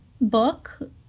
book